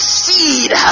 seed